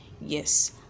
Yes